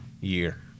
year